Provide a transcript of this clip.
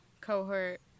cohort